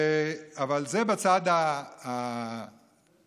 אבל זה בצד הטכני.